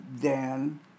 Dan